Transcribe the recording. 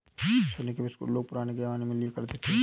सोने का बिस्कुट लोग पुराने जमाने में लिया करते थे